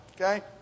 okay